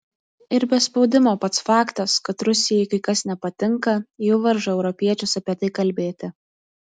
ir be spaudimo pats faktas kad rusijai kai kas nepatinka jau varžo europiečius apie tai kalbėti